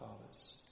fathers